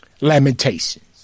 Lamentations